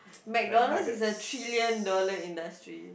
McDonalds is a trillion dollars industry